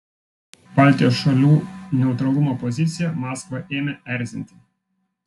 baltijos šalių neutralumo pozicija maskvą ėmė erzinti